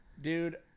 dude